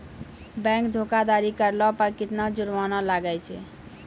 Bank धोखाधड़ी करला पे केतना जुरमाना लागै छै?